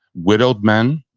widowed men,